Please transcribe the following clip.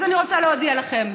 אז אני רוצה להודיע לכם: